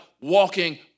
walking